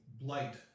blight